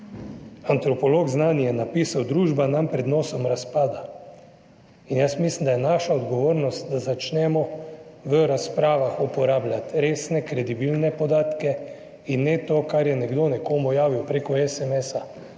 Antropolog znani je napisal: Družba nam pred nosom razpada. In jaz mislim, da je naša odgovornost, da začnemo v razpravah uporabljati resne, kredibilne podatke in ne to, kar je nekdo nekomu javil preko SMS,